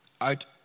Out